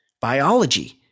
biology